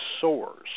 soars